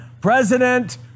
president